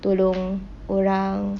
tolong orang